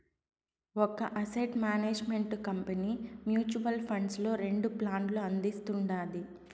ఒక asset management company mutual funds లో రెండు ప్లాన్లు అందిస్తుండాది